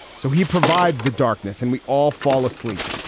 so he provides the darkness and we all fall asleep.